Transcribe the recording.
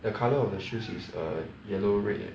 the colour of the shoes is err yellow red and